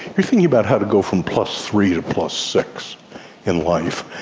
you're thinking about how to go from plus three to plus six in life.